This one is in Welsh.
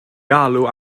galw